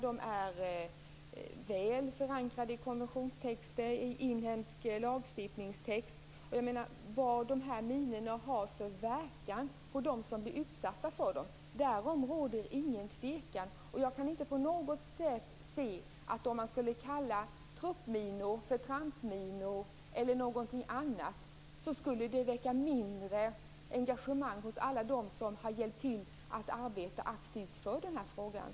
De är väl förankrade i konventionstexter och i inhemsk lagstiftningstext. Det råder ingen tvekan om vad dessa minor har för verkan på dem som blir utsatta för dem. Jag kan inte på något sätt se att om man skulle kalla truppminor för trampminor eller någonting annat skulle det väcka mindre engagemang hos alla dem som har hjälpt till att arbeta aktivt för den här frågan.